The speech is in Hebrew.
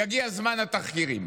יגיע זמן התחקירים.